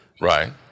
Right